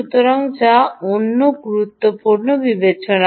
সুতরাং যা অন্য গুরুত্বপূর্ণ বিবেচনা